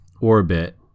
orbit